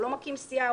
הוא לא מקים סיעה,